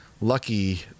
lucky